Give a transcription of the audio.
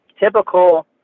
Typical